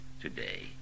today